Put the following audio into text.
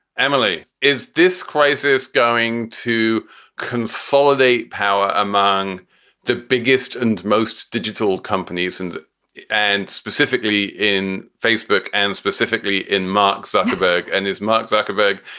emily, is this crisis going to consolidate power among the biggest and most digital companies and and specifically in facebook and specifically in mark zuckerberg and his mark zuckerberg?